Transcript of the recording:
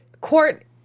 court